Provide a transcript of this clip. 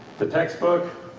the textbook,